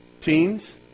Teens